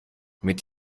mit